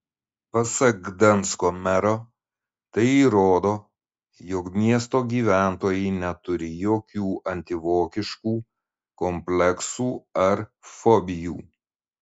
pasak gdansko mero tai įrodo jog miesto gyventojai neturi jokių antivokiškų kompleksų ar fobijų